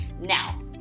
Now